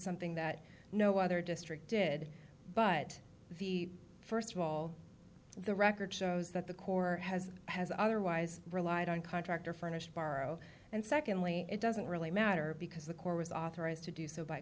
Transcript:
something that no other district did but first of all the record shows that the corps has has otherwise relied on contractor furnished borrow and secondly it doesn't really matter because the corps was authorized to do so by